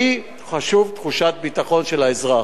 לי חשובה תחושת הביטחון של האזרח,